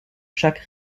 chaque